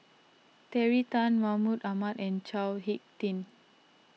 Terry Tan Mahmud Ahmad and Chao Hick Tin